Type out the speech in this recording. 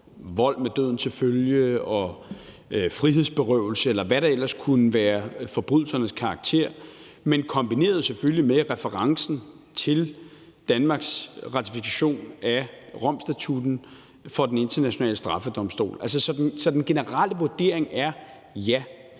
vold med døden til følge og frihedsberøvelse, eller hvad karakteren af forbrydelsen ellers kunne være, men det er selvfølgelig kombineret med referencen til Danmarks ratifikation af Romstatutten for Den Internationale Straffedomstol. Så den generelle vurdering er, at